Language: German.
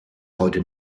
heute